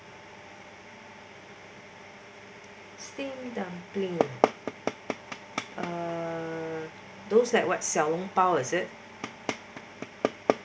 steamed dumplings ah uh those that what xiao long bao is it